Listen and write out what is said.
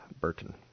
Burton